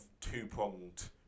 two-pronged